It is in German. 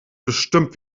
bestimmt